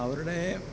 അവരുടെ